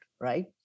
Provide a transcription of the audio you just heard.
right